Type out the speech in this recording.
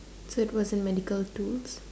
so it wasn't medical tools